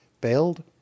bailed